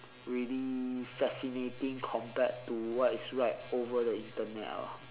really fascinating compared to what is right over the internet ah